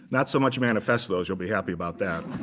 not so much manifestos you'll be happy about that.